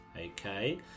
okay